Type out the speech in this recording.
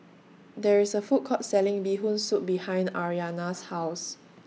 There IS A Food Court Selling Bee Hoon Soup behind Aryana's House